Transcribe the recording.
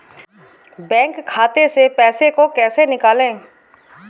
Bank खाते से पैसे को कैसे निकालें?